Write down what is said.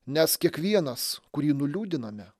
nes kiekvienas kurį nuliūdiname